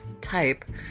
type